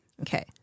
Okay